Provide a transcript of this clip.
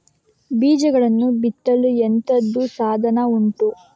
ಬೀಜಗಳನ್ನು ಬಿತ್ತಲು ಎಂತದು ಸಾಧನ ಉಂಟು?